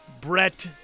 Brett